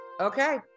okay